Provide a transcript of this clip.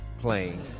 playing